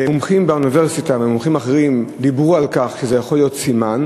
מומחים באוניברסיטה ומומחים אחרים אמרו שזה יכול להיות סימן,